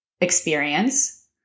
experience